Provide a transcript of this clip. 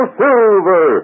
silver